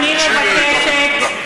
אני מבקשת,